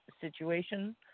situation